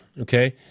Okay